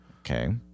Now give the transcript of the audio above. Okay